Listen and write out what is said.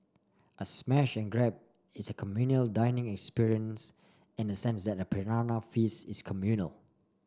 a smash and grab is a communal dining experience in the sense that a piranha feast is communal